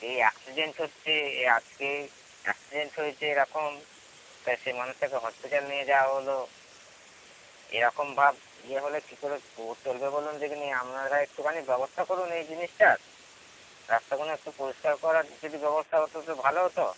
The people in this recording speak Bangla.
এই অ্যাক্সিডেন্ট হচ্ছে এ আজকে অ্যাক্সিডেন্ট হয়েছে এরকম তাই সেই মানুষটাকে হসপিটাল নিয়ে যাওয়া হলো এরকমভাব ইয়ে হলে কী করে চলবে বলুন দেখিনি আপনারা একটুখানি ব্যবস্তা করুন এই জিনিসটার রাস্তাগুনো একটু পরিষ্কার করার যদি ব্যবস্থা হতো তো ভালো হতো